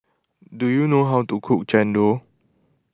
do you know how to cook Chendol